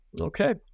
okay